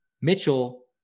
Mitchell